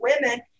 women